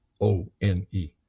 O-N-E